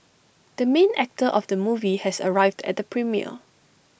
the main actor of the movie has arrived at the premiere